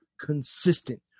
consistent